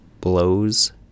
blows